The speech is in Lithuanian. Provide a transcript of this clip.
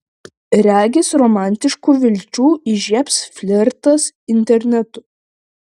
regis romantiškų vilčių įžiebs flirtas internetu